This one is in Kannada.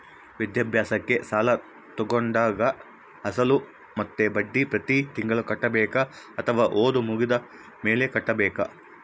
ವಿದ್ಯಾಭ್ಯಾಸಕ್ಕೆ ಸಾಲ ತೋಗೊಂಡಾಗ ಅಸಲು ಮತ್ತೆ ಬಡ್ಡಿ ಪ್ರತಿ ತಿಂಗಳು ಕಟ್ಟಬೇಕಾ ಅಥವಾ ಓದು ಮುಗಿದ ಮೇಲೆ ಕಟ್ಟಬೇಕಾ?